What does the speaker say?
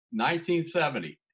1970